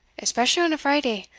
especially on a friday